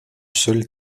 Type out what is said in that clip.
seul